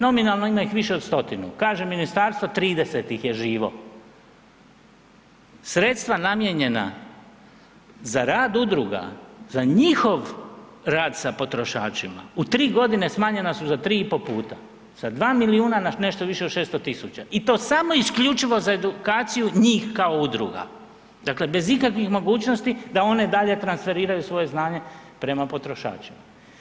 Nominalno ima ih više od stotinu, kaže ministarstvo 30 ih je živo, sredstva namijenjena za rad udruga, za njihov rad sa potrošačima u tri godine smanjena su za tri i pol puta sa 2 milijuna na nešto više od 600 tisuća i to samo isključivo za edukaciju njih kao udruga, dakle bez ikakvih mogućnosti da one dalje transferiraju svoje znanje prema potrošačima.